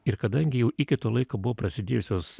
ir kadangi jau iki to laiko buvo prasidėjusios